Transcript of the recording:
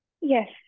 Yes